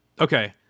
okay